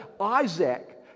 Isaac